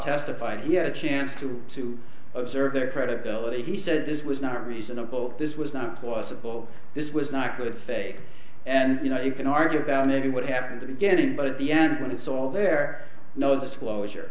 testified he had a chance to to observe their credibility he said this was not reasonable this was not plausible this was not the fake and you know you can argue about maybe what happened to get it but at the end when it's all there no disclosure